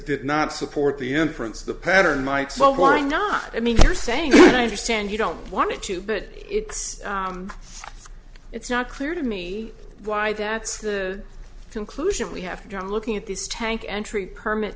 is not support the inference the pattern might well why not i mean you're saying i understand you don't want to but it's it's not clear to me why that's the conclusion we have to looking at these tank entry permit